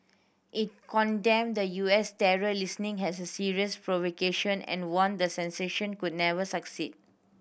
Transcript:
it condemned the U S terror listing has a serious provocation and warned that sanction could never succeed